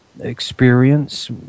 experience